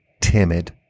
timid